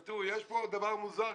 יש פה דבר מוזר.